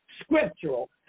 scriptural